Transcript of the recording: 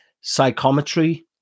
psychometry